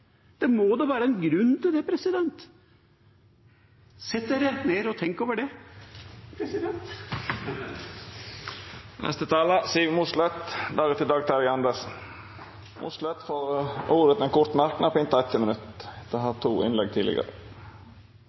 Det må da være en grunn til det. Sett dere ned og tenk over det. Representanten Siv Mossleth har hatt ordet to gonger tidlegare og får ordet til ein kort merknad, avgrensa til 1 minutt.